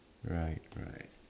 right right